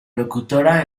locutora